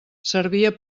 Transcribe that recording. servia